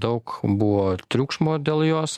daug buvo triukšmo dėl jos